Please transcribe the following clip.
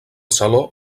saló